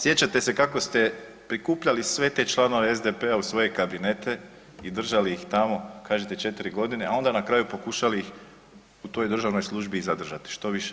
Sjećate se kako ste prikupljali sve te članove SDP-a u svoje kabinete i držali ih tamo kažete 4 godine, a onda na kraju pokušali ih u toj državnoj službi i zadržati što više.